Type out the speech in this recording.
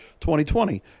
2020